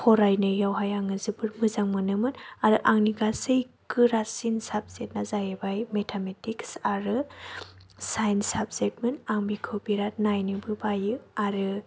फरायनायावहाय आङो जोबोद मोजां मोनोमोन आरो आंनि गासै गोरासिन साबजेक्टआ जाहैबाय मेथामेटिक्स आरो साइन्स साबजेक्टमोन आं बेखौ बेराद नायनोबो बायो आरो